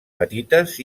petites